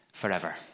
forever